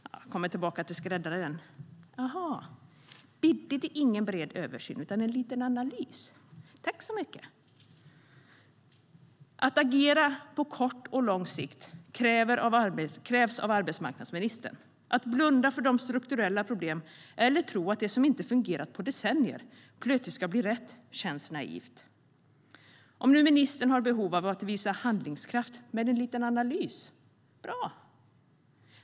Jag kommer tillbaka till skräddaren igen: Jaha, det bidde ingen bred översyn utan en liten analys - tack så mycket! Att agera på kort och lång sikt krävs av arbetsmarknadsministern. Att blunda för de strukturella problemen eller tro att det som inte fungerat på decennier plötsligt ska bli rätt känns naivt. Om nu ministern har behov av att visa handlingskraft med en liten analys - bra!